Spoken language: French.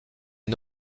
est